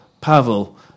Pavel